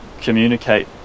communicate